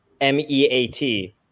m-e-a-t